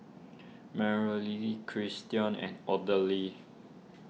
Marley Christion and Odile